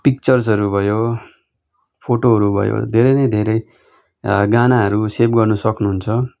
पिक्चर्सहरू भयो फोटोहरू भयो धेरै धेरै गानाहरू सेभ गर्न सक्नु हुन्छ